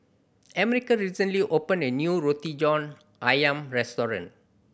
America recently opened a new Roti John Ayam restaurant